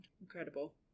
incredible